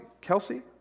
Kelsey